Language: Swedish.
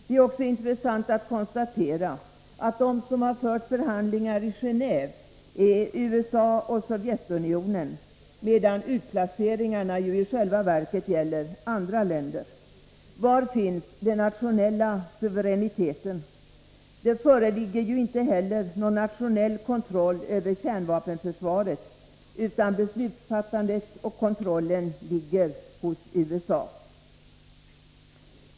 Det är också intressant att konstatera att de som har fört förhandlingar i Genéve är USA och Sovjetunionen, medan utplaceringarna i själva verket gäller andra länder. Var finns den nationella suveräniteten? Det föreligger inte heller någon nationell kontroll över kärnvapenförsvaret, utan beslutsfattandet och kontrollen ligger hos USA.